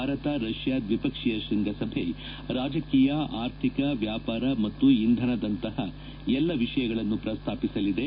Bharat Russia ದ್ವಿಪಕ್ಷೀಯ ಶೃಂಗಸಭೆ ರಾಜಕೀಯ ಆರ್ಥಿಕ ವ್ಯಾಪಾರ ಮತ್ತು ಇಂಧನದಂತಹ ಎಲ್ಲ ವಿಷಯಗಳನ್ನು ಪ್ರಸ್ತಾಪಿಸಲಿದೆ